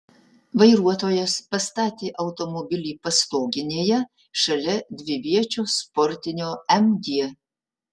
vairuotojas pastatė automobilį pastoginėje šalia dviviečio sportinio mg